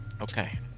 Okay